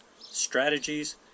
strategies